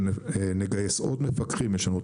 במידת הצורך נגייס עוד מפקחים,